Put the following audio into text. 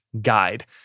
guide